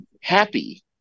Happy